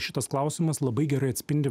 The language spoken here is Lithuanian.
šitas klausimas labai gerai atspindi